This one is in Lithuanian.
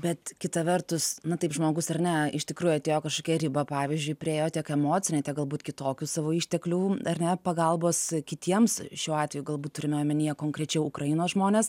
bet kita vertus na taip žmogus ar ne iš tikrųjų atėjo kažkokią ribą pavyzdžiui priėjo tiek emocinę galbūt kitokių savo išteklių ar ne pagalbos kitiems šiuo atveju galbūt turime omenyje konkrečiau ukrainos žmones